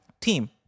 Team